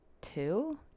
two